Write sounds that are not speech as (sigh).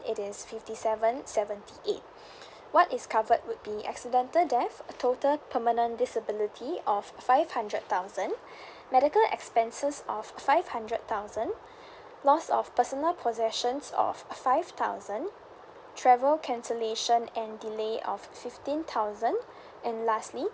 it is fifty seven seventy eight (breath) what is covered would be accidental death a total permanent disability of five hundred thousand medical expenses of five hundred thousand loss of personal possessions of five thousand travel cancellation and delay of fifteen thousand and lastly